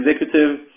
executive